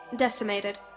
decimated